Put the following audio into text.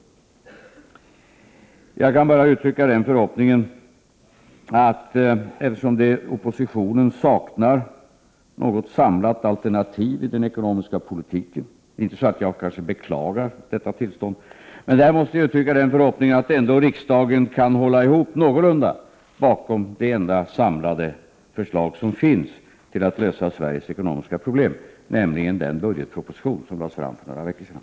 Jag 79 kan bara uttrycka förhoppningen att eftersom oppositionen saknar ett samlat alternativ i den ekonomiska politiken — det är inte så att jag beklagar detta tillstånd — skall riksdagen ändå kunna hålla ihop någorlunda bakom det enda samlade förslag till lösning av Sveriges ekonomiska problem som finns, nämligen den budgetproposition som lades fram för några veckor sedan.